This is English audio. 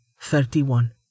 Thirty-one